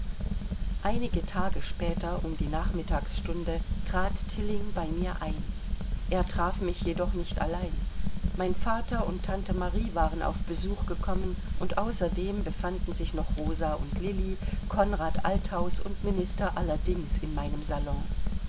einige tage später um die nachmittagsstunde trat tilling bei mir ein er traf mich jedoch nicht allein mein vater und tante marie waren auf besuch gekommen und außerdem befanden sich noch rosa und lilli konrad althaus und minister allerdings in meinem salon